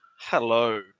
hello